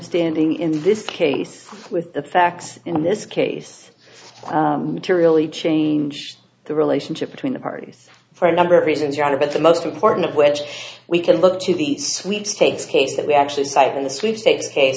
standing in this case with the facts in this case to really change the relationship between the parties for a number of reasons your honor but the most important of which we can look to the sweepstakes case that we actually cite in the sweepstakes